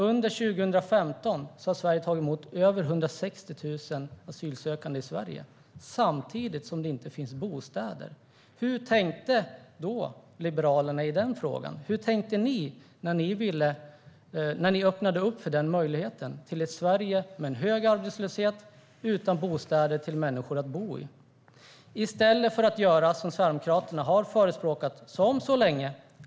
Under 2015 har Sverige tagit emot över 160 000 asylsökande, samtidigt som det inte finns bostäder. Hur tänkte Liberalerna då i denna fråga? Hur tänkte ni när ni öppnade upp för denna möjlighet i Sverige med en hög arbetslöshet och utan bostäder för människor att bo i, i stället för att göra som Sverigedemokraterna har förespråkat så länge?